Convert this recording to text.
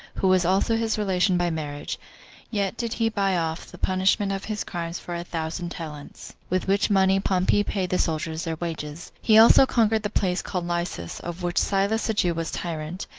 who was also his relation by marriage yet did he buy off the punishment of his crimes for a thousand talents, with which money pompey paid the soldiers their wages. he also conquered the place called lysias, of which silas a jew was tyrant.